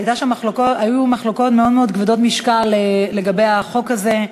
היו מחלוקות מאוד מאוד כבדות משקל לגבי החוק הזה,